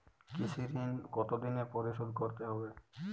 কৃষি ঋণ কতোদিনে পরিশোধ করতে হবে?